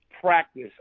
practice